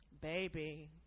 baby